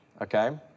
okay